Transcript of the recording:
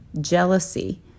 jealousy